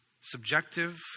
subjective